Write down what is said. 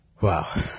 Wow